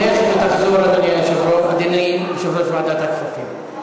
לך ותחזור, אדוני יושב-ראש ועדת הכספים.